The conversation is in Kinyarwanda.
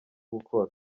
gukora